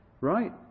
right